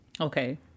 Okay